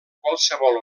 qualsevol